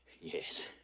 Yes